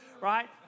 right